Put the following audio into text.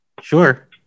Sure